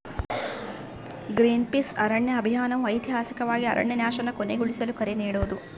ಗ್ರೀನ್ಪೀಸ್ನ ಅರಣ್ಯ ಅಭಿಯಾನವು ಐತಿಹಾಸಿಕವಾಗಿ ಅರಣ್ಯನಾಶನ ಕೊನೆಗೊಳಿಸಲು ಕರೆ ನೀಡೋದು